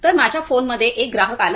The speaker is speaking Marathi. तर माझ्या फोनमध्ये एक ग्राहक आला आहे